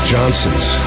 Johnsons